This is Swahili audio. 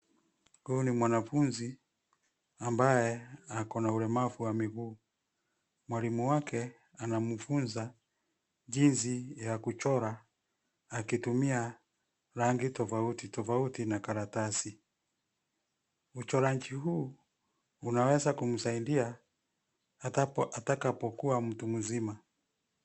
Huyu ni mwanafunzi ambaye akona ulemavu wa miguu. Mwalimu wake anamfunza jinsi ya kuchora akitumia rangi tofauti tofauti na karatasi. uchoraji huu unaweza kumsaidia ata atakapo kuwa mtu mzima.